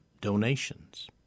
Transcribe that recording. donations